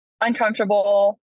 uncomfortable